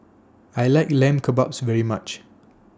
I like Lamb Kebabs very much